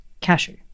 Cashew